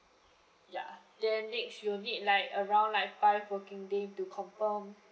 ya then next you'll need like around like five working day to confirm